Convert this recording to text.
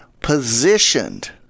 positioned